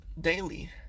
daily